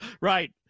Right